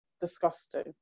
disgusting